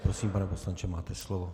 Prosím, pane poslanče, máte slovo.